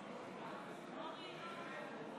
הראשונה,